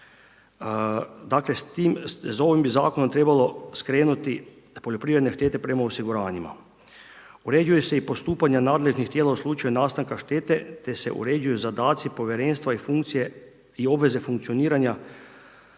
Dakle, s ovim zakonom bi trebalo skrenuti poljoprivredne štete prema osiguranjima. Uređuje se i postupanja nadležnih tijela u slučaju nastanka štete te se uređuje zadaci povjerenstva i obveze funkcioniranja